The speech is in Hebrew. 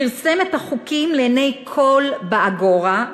פרסם את החוקים לעיני כול באגורה,